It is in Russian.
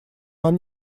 нам